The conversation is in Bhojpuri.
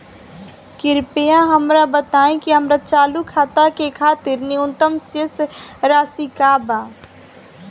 कृपया हमरा बताइ कि हमार चालू खाता के खातिर न्यूनतम शेष राशि का बा